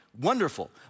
wonderful